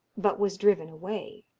but was driven away.